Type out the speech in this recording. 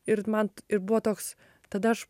ir man buvo toks tada aš